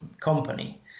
company